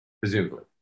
presumably